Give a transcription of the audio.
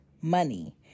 money